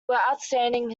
outstanding